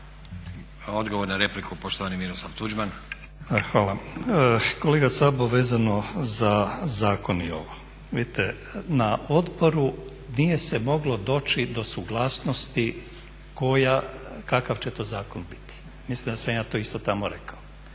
Odgovor na repliku, poštovani Miroslav Tuđman. **Tuđman, Miroslav (HDZ)** Hvala. Kolega Sabo, vezano za zakon i ovo, vidite na odboru nije se moglo doći do suglasnosti kakav će to zakon biti. Mislim da sam ja to isto tamo rekao.